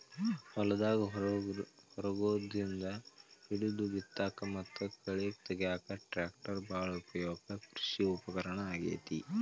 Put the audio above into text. ಹೊಲದಾಗ ಹರಗೋದ್ರಿಂದ ಹಿಡಿದು ಬಿತ್ತಾಕ ಮತ್ತ ಕಳೆ ತಗ್ಯಾಕ ಟ್ರ್ಯಾಕ್ಟರ್ ಬಾಳ ಉಪಯುಕ್ತ ಕೃಷಿ ಉಪಕರಣ ಆಗೇತಿ